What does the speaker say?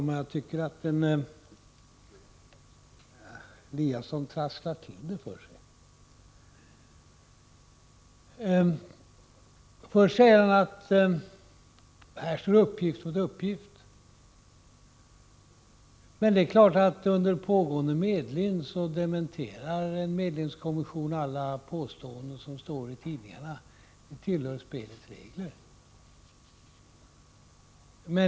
Fru talman! Ingemar Eliasson trasslar till det för sig. Först säger han att uppgift står mot uppgift. Det är självklart att en medlingskommission under pågående medling dementerar alla påståenden som står i tidningarna. Det tillhör spelets regler.